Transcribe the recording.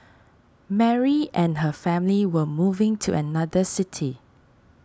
Mary and her family were moving to another city